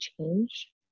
change